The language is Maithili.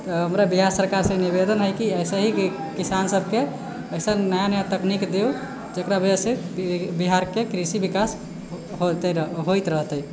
हमरा बिहार सरकारसँ निवेदन हइ कि अइसे ही किसान सबके अइसन नया नया तकनीक दिऔ जकरा वजहसँ बिहारके कृषि विकास होइत रहतै